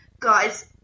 Guys